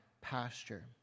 pasture